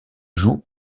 jouent